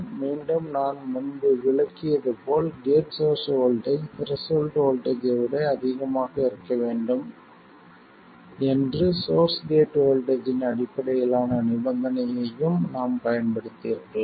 மீண்டும் நான் முன்பு விளக்கியது போல் gate source voltage threshold voltage ஐ விட அதிகமாக இருக்க வேண்டும் என்று சோர்ஸ் கேட் வோல்டேஜ் இன் அடிப்படையிலான நிபந்தனையையும் நாம் பயன்படுத்தியிருக்கலாம்